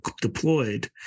deployed